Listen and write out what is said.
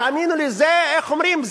תאמינו לי, זה אימפוטנציה.